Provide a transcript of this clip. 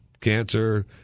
cancer